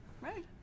Right